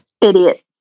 Idiot